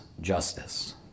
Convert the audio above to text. justice